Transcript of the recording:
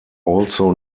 also